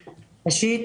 ראשית,